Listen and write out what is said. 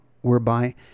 whereby